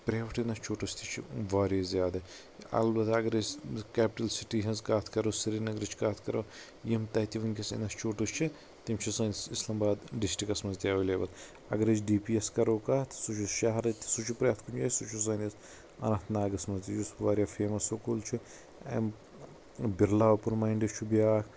private institutes تہِ چھِ واریاہ زیادٕ البتہ اگر أسۍ کیپٹل سٹی ہنٛز کتھ کرو سرینگرٕچ کتھ کرو یِم تتہِ وُنکینس انسچوٗٹٕس چھِ تِم چھِ سٲنِس اسلام آباد ڈسٹرکس منٛز تہِ اٮ۪ویلیبٕل اگر أسۍ ڈی پی اٮ۪س کرو کتھ سُہ چھُ شہرٕ تہِ سُہ چھُ پرٛٮ۪تھ کُنہِ جایہِ سُہ چھُ سٲنِس اننت ناگس منٛز تہِ یہِ چھُ واریاہ فیمس سکوٗل یہِ چھُ امہِ برلا اوٚپن ماینڈٕس چھُ بیٛاکھ